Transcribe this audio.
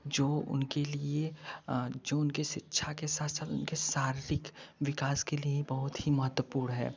जो उनके लिए जो उनके शिक्षा के साथ साथ उनके शारीरिक विकास के लिए बहुत ही महत्वपूर्ण है